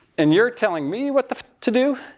and you're telling me what the to do?